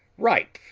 ripe,